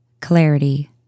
clarity